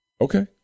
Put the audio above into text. Okay